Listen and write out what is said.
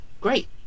great